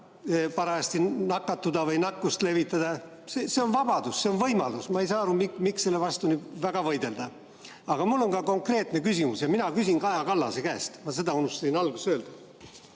parajasti nakatuda või nakkust levitada. See on vabadus, see on võimalus. Ma ei saa aru, miks selle vastu väga võidelda. Aga mul on konkreetne küsimus ja ma küsin Kaja Kallase käest. Ma seda unustasin alguses öelda,